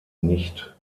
nicht